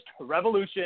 revolution